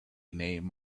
name